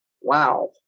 Wow